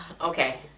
Okay